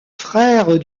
frère